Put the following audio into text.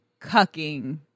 cucking